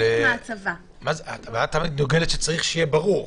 את דוגלת שצריך שיהיה ברור,